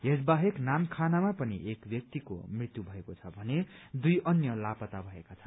यस बाहेक नामखानामा पनि एक व्यक्तिको मुत्यु भएको छ भने दुइ अन्य लापत्ता भएका छन्